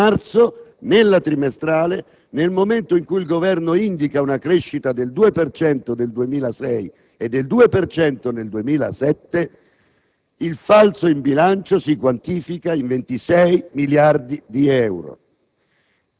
ma a marzo, nella trimestrale, nel momento in cui il Governo indica una crescita del 2 per cento nel 2006 e del 2 per cento nel 2007, il falso in bilancio si quantifica in 26 miliardi di euro.